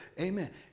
amen